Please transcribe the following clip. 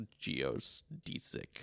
geodesic